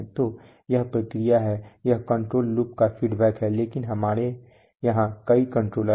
तो यह प्रक्रिया है यह कंट्रोल लूप का फीडबैक है लेकिन हमारे यहां कई कंट्रोलर हैं